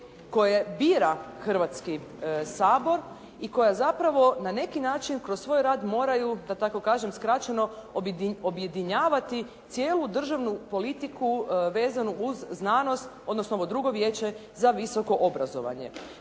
koje bira Hrvatski sabor i koja zapravo na neki način kroz svoj rad moraju da tako kažem skraćeno objedinjavati cijelu državnu politiku vezanu uz znanost odnosno ovo drugo vijeće za visoko obrazovanje.